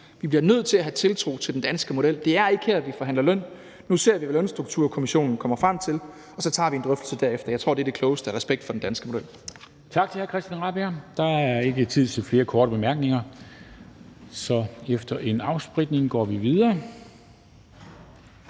Vi bliver nødt til at have tiltro til den danske model. Det er ikke her, vi forhandler løn. Nu ser vi, hvad Lønstrukturkomitéen kommer frem til, og så tager vi en drøftelse derefter. Jeg tror, det er det klogeste af respekt for den danske model.